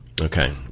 Okay